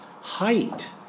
height